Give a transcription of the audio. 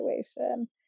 situation